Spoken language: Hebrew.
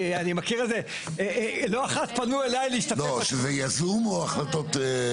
שזה יזום או החלטות?